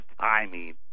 timing